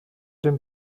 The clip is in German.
dem